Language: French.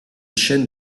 chaîne